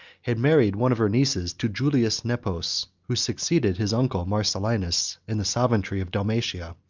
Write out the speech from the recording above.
had married one of her nieces to julius nepos, who succeeded his uncle marcellinus in the sovereignty of dalmatia,